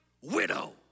widow